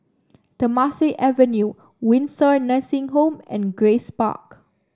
Temasek Avenue Windsor Nursing Home and Grace Park